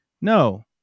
no